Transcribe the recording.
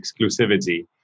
exclusivity